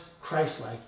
Christ-like